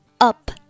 up